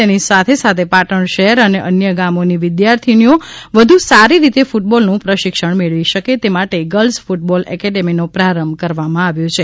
તેની સાથે સાથે પાટણ શહેર અને અન્ય ગામોની વિદ્યાર્થીનીઓ વધુ સારી રીતે કૂટબોલનું પ્રશિક્ષણ મેળવી શકે તે માટે ગર્લ્સ કુટબોલ એકેડમીનો પ્રારંભ કરવામાં આવ્યો છે